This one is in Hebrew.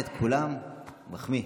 מחמיא.